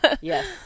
Yes